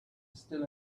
still